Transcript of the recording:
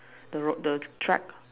the rock the track